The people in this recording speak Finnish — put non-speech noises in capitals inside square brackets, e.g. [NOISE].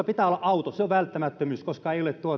[UNINTELLIGIBLE] pitää olla auto se on välttämättömyys koska ei ole